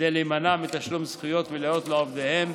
כדי להימנע מתשלום זכויות מלאות לעובדיהם,